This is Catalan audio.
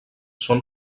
són